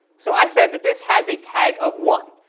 so i said that this has a tag of one,